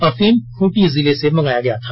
अफीम खूंटी जिले से मंगाया गया था